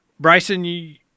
Bryson